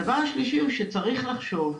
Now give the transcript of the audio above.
הדבר השלישי הוא שצריך לחשוב,